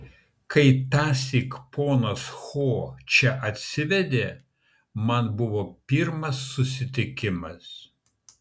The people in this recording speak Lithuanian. kai tąsyk ponas ho čia atsivedė man buvo pirmas susitikimas